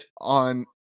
on